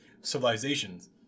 civilizations